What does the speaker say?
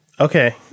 Okay